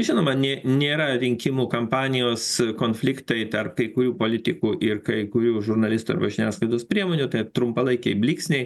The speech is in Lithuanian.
žinoma nėra rinkimų kampanijos konfliktai tarp kai kurių politikų ir kai kurių žurnalistų žiniasklaidos priemonių tai trumpalaikiai blyksniai